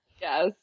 yes